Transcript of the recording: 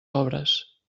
obres